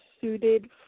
suited